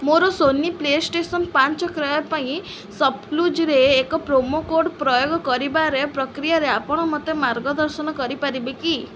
ମୋର Sony PlayStation ପାଞ୍ଚ କ୍ରୟ ପାଇଁ ସପ୍କ୍ଲୁଜ୍ରେ ଏକ ପ୍ରୋମୋ କୋଡ଼୍ ପ୍ରୟୋଗ କରିବାରେ ପ୍ରକ୍ରିୟାରେ ଆପଣ ମୋତେ ମାର୍ଗଦର୍ଶନ କରିପାରିବେ କି